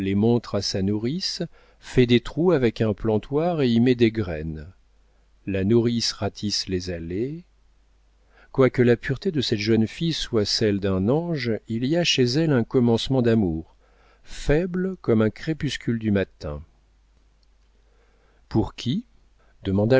montre à sa nourrice fait des trous avec un plantoir et y met des graines la nourrice râtisse les allées quoique la pureté de cette jeune fille soit celle d'un ange il y a chez elle un commencement d'amour faible comme un crépuscule du matin pour qui demanda